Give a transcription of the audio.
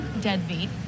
deadbeat